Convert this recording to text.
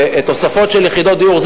תוספות של יחידות דיור,